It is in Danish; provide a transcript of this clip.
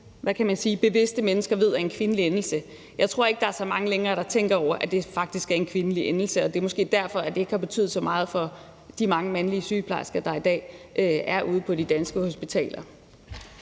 hvad man kan sige, sprogligt bevidste mennesker ved er en kvindelig endelse, er så mange, der tænker over, at det faktisk er en kvindelig endelse, og det er måske derfor, at det ikke har betydet så meget for de mange mandlige sygeplejersker, der i dag er ude på de danske hospitaler.